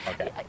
okay